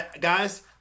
guys